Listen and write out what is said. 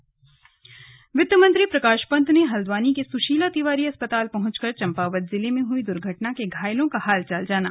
slug द्र्घटना घायल उपचार वित्त मंत्री प्रकाश पंत ने हल्द्वानी के सुशीला तिवारी अस्पताल पहुंचकर चम्पावत जिले में हई दुर्घटना के घायलों का हालचाल जाना